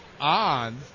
on